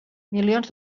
milions